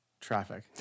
traffic